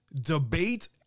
debate